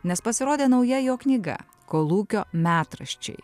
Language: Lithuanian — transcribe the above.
nes pasirodė nauja jo knyga kolūkio metraščiai